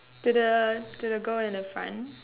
to the to the girl in the front